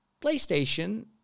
PlayStation